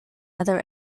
other